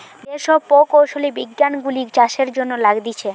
যে সব প্রকৌশলী বিজ্ঞান গুলা চাষের জন্য লাগতিছে